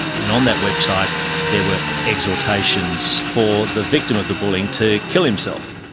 and on that website there were exhortations for the victim of the bullying to kill himself.